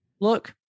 look